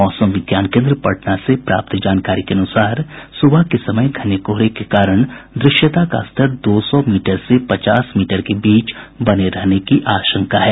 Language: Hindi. मौसम विज्ञान केन्द्र पटना से प्राप्त जानकारी के अनुसार सुबह के समय घने कोहरे के कारण दृश्यता का स्तर दो सौ मीटर से पचास मीटर के बीच बने रहने की आशंका है